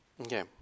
Okay